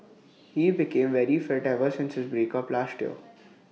he became very fit ever since his break up last year